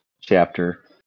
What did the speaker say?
chapter